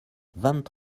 vingt